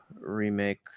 remake